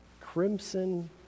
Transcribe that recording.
crimson